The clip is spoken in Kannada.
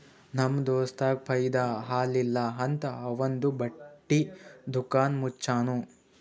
ನಮ್ ದೋಸ್ತಗ್ ಫೈದಾ ಆಲಿಲ್ಲ ಅಂತ್ ಅವಂದು ಬಟ್ಟಿ ದುಕಾನ್ ಮುಚ್ಚನೂ